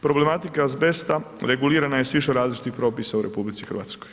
Problematika azbesta regulirana je s više različitih propisa u RH.